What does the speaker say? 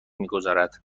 میگذارد